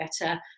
better